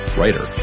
writer